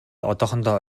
одоохондоо